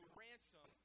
ransom